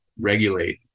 regulate